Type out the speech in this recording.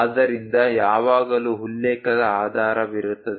ಆದ್ದರಿಂದ ಯಾವಾಗಲೂ ಉಲ್ಲೇಖದ ಆಧಾರವಿರುತ್ತದೆ